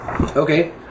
Okay